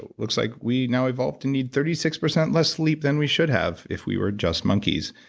looks like we now evolved to need thirty six percent less sleep than we should have if we were just monkeys.